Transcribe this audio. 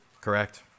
correct